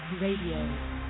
Radio